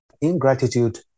Ingratitude